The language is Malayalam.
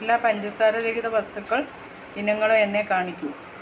എല്ലാ പഞ്ചസാര രഹിത വസ്തുക്കൾ ഇനങ്ങളും എന്നെ കാണിക്കൂ